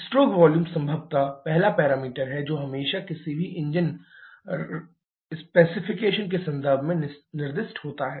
stroke volume संभवतः पहला parameter है जो हमेशा किसी भी इंजन स्पेसिफिकेशन के संदर्भ में निर्दिष्ट होता है